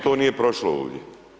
To nije prošlo ovdje.